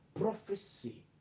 prophecy